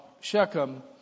Shechem